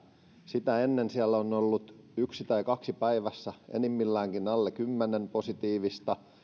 sitä ennen siellä on ollut yksi tai kaksi päivässä enimmilläänkin alle kymmenen positiivista